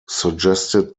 suggested